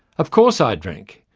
of course i drink.